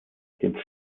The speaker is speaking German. dem